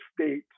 state